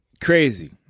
crazy